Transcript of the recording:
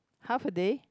half a day